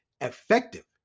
effective